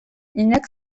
jendeak